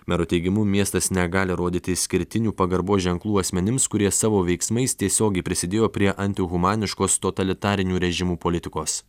mero teigimu miestas negali rodyti išskirtinių pagarbos ženklų asmenims kurie savo veiksmais tiesiogiai prisidėjo prie antihumaniškos totalitarinių režimų politikos